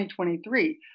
2023